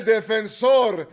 Defensor